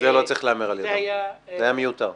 זה היה מיותר.